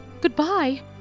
Goodbye